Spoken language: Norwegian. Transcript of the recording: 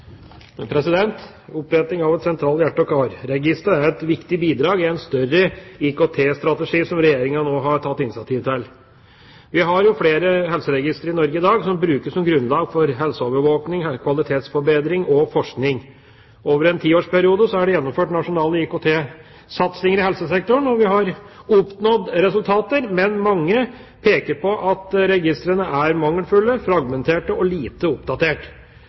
Oppretting av et sentralt hjerte- og karregister er et viktig bidrag i en større IKT-strategi som Regjeringa nå har tatt initiativ til. Vi har flere helseregistre i Norge i dag som brukes som grunnlag for helseovervåkning, kvalitetsforbedring og forskning. Over en tiårsperiode er det gjennomført nasjonale IKT-satsinger i helsesektoren. Vi har oppnådd resultater, men mange peker på at registrene er mangelfulle, fragmenterte og lite oppdatert.